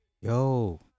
Yo